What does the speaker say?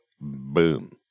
boom